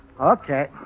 Okay